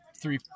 three